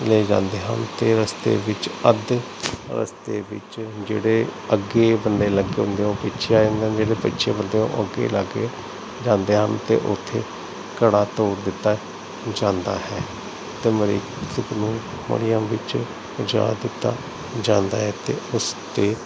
ਲੈ ਜਾਂਦੇ ਹਨ ਅਤੇ ਰਸਤੇ ਵਿੱਚ ਅੱਧ ਰਸਤੇ ਵਿੱਚ ਜਿਹੜੇ ਅੱਗੇ ਬੰਦੇ ਲੱਗੇ ਹੁੰਦੇ ਉਹ ਪਿੱਛੇ ਆ ਜਾਂਦੇ ਹਨ ਜਿਹੜੇ ਪਿੱਛੇ ਲਗੇ ਉਹ ਅੱਗੇ ਲੱਗ ਜਾਂਦੇ ਹਨ ਅਤੇ ਉੱਥੇ ਘੜਾ ਤੋੜ ਦਿੱਤਾ ਜਾਂਦਾ ਹੈ ਅਤੇ ਮ੍ਰਿਤਕ ਨੂੰ ਮੜੀਆਂ ਵਿੱਚ ਲਿਜਾ ਦਿੱਤਾ ਜਾਂਦਾ ਹੈ ਅਤੇ ਉਸ ਅਤੇ